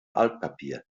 altpapier